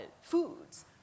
foods